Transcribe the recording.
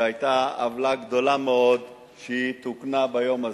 והיתה עוולה גדולה מאוד, שתוקנה ביום הזה.